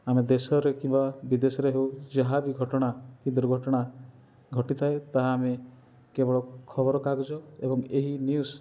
ଆମ ଦେଶରେ କିମ୍ବା ବିଦେଶରେ ହେଉ ଯାହାବି ଘଟଣା କି ଦୁର୍ଘଟଣା ଘଟିଥାଏ ତାହା ଆମେ କେବଳ ଖବରକାଗଜ ଏବଂ ଏହି ନ୍ୟୁଜ୍